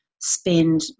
spend